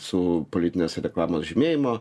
su politinės reklamos žymėjimo